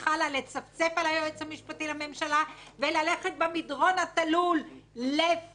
לצפצף על היועץ המשפטי לממשלה וללכת במדרון התלול לפשיזם,